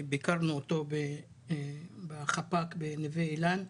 ביקרנו אותו בחפ"ק בנווה אילן.